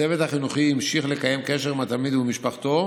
הצוות החינוכי המשיך לקיים קשר עם התלמיד ומשפחתו